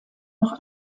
noch